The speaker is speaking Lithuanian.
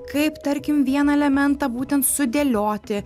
kaip tarkim vieną elementą būtent sudėlioti